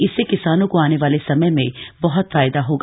इससे किसानों को आने वाले समय में बह्त फायदा होगा